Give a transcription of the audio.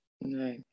No